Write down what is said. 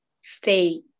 stay